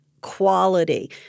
quality